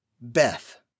Beth